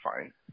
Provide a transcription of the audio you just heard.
fine